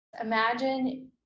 Imagine